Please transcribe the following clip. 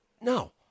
no